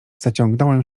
zaciągnąłem